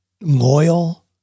loyal